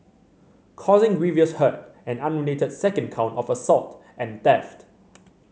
causing grievous hurt an unrelated second count of assault and theft